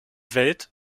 welt